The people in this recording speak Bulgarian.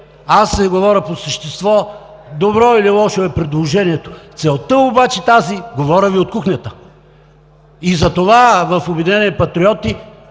Аз не говоря по същество добро или лошо е предложението. Целта обаче е тази! Говоря Ви от кухнята! И затова в „Обединени патриоти“,